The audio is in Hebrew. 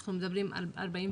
אנחנו מדברים על 49